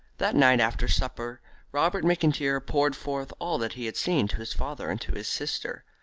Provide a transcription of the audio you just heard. that night after supper robert mcintyre poured forth all that he had seen to his father and to his sister.